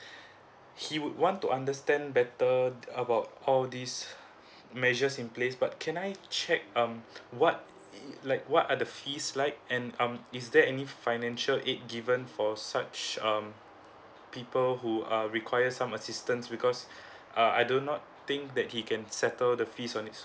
he would want to understand better about all these measures in place but can I check um what is~ like what are the fees like and um is there any financial aid given for such um people who uh requires some assistance because uh I do not think that he can settle the fees on